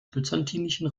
byzantinischen